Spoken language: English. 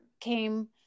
came